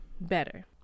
better